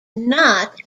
not